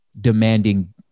demanding